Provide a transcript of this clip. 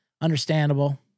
understandable